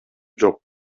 жок